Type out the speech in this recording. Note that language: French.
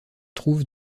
trouve